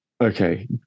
Okay